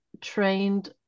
trained